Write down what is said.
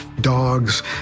dogs